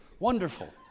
Wonderful